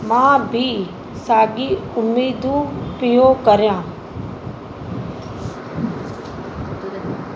मां बि साॻी उमेदूं पियो कयां